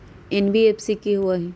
NBFC कि होअ हई?